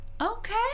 okay